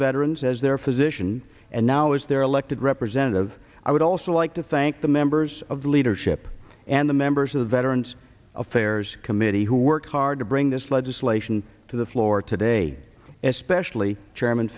veterans as their physician and now as their elected representative i would also like to thank the members of the leadership and the members of the veterans affairs committee who worked hard to bring this legislation to the floor today especially